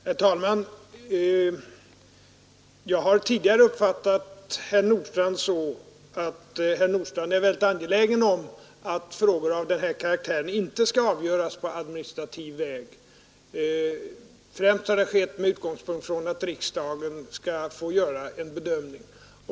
Herr talman! Jag har tidigare uppfattat herr Nordstrandh så, att han är väldigt angelägen om att frågor av den här karaktären inte skall avgöras på administrativ väg; utgångspunkten har då främst varit att riksdagen skulle få göra en bedömning.